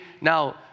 Now